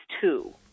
two